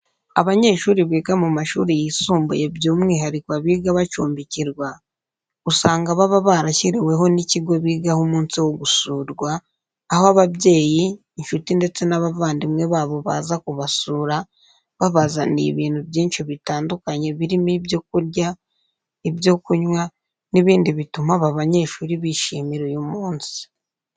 Abanyeshuri biga mu mashuri yisumbuye by'umwihariko abiga bacumbikirwa, usanga baba barashyiriweho n'ikigo bigaho umunsi wo gusurwa, aho ababyeyi, inshuti ndetse n'abavandimwe babo baza kubasura babazaniye ibintu byinshi bitandukanye birimo ibyo kurya, ibyo kunywa n'ibindi bituma aba banyeshuri bishimira uyu munsi.